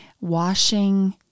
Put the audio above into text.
washing